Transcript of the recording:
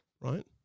Right